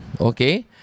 okay